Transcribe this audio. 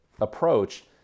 approach